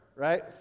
Right